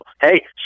hey